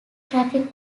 traffic